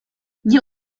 nie